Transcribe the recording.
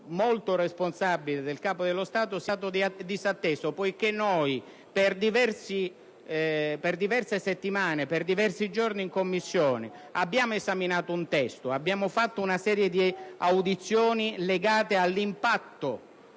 molto responsabile del Capo dello Stato sia stato disatteso. Infatti, per diverse settimane in Commissione abbiamo esaminato un testo ed abbiamo svolto una serie di audizioni legate all'impatto